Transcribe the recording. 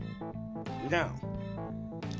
Now